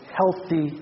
healthy